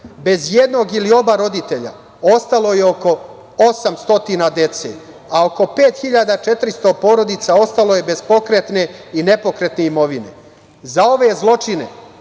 Bez jednog ili oba roditelja ostalo je oko 800 dece, a oko 5.400 porodica ostalo je bez pokretne i nepokretne imovine.Za ove zločine